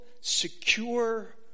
secure